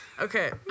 Okay